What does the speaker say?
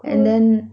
cool